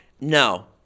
No